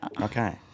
Okay